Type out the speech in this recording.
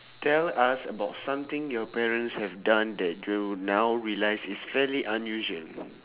tell us about something your parents have done that you now realise is very unusual